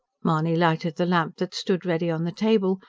mahony lighted the lamp that stood ready on the table,